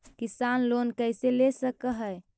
किसान लोन कैसे ले सक है?